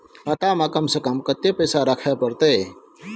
खाता में कम से कम कत्ते पैसा रखे परतै?